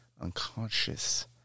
Unconscious